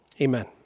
Amen